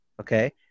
Okay